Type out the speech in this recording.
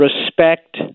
respect